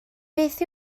beth